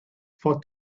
for